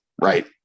Right